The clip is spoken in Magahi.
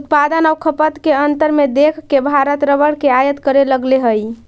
उत्पादन आउ खपत के अंतर के देख के भारत रबर के आयात करे लगले हइ